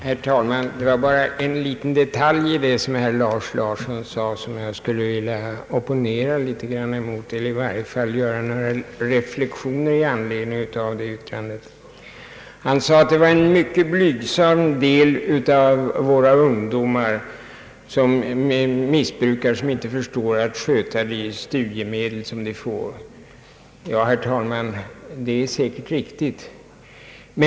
Herr talman! Det är bara en liten detalj i vad herr Lars Larsson sade som jag skulle vilja opponera mig mot eller i varje fall göra reflexioner kring. Herr Larsson sade att det är en mycket blygsam del av våra ungdomar som inte förstår att sköta de studiemedel som de får. Det är säkert riktigt.